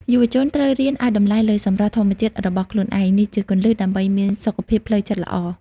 យុវជនត្រូវរៀនឱ្យតម្លៃលើសម្រស់ធម្មជាតិរបស់ខ្លួនឯង នេះជាគន្លឹះដើម្បីមានសុខភាពផ្លូវចិត្តល្អ។